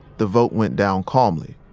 the vote went down calmly.